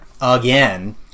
again